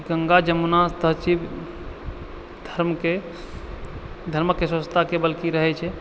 गङ्गा जमुना तहजीब धर्मके धर्मक स्वच्छताके रहै छै